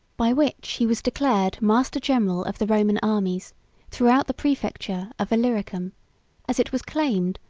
by which he was declared master-general of the roman armies throughout the praefecture of illyricum as it was claimed,